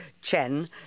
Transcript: Chen